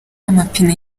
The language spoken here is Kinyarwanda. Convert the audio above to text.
amapine